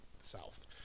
south